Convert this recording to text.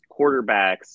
quarterbacks